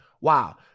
Wow